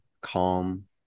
calm